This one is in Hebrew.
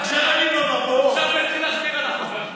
עכשיו תתחיל להסביר על החוק.